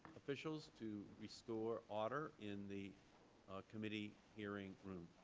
officials to restore order in the committee hearing room.